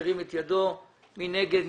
מי נגד?